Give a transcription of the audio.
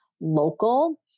local